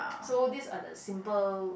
so these are the simple